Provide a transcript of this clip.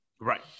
Right